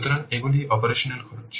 সুতরাং এগুলি অপারেশনাল খরচ